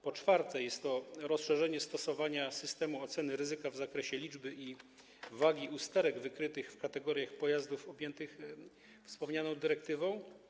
Po czwarte, rozszerzenie stosowania systemu oceny ryzyka w zakresie liczby i wagi usterek wykrytych w kategoriach pojazdów objętych wspomnianą dyrektywą.